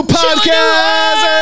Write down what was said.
podcast